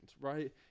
right